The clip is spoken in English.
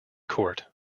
court